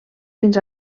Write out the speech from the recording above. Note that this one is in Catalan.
fins